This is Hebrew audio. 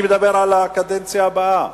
אני מדבר על הקדנציה הבאה.